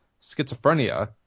schizophrenia